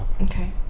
Okay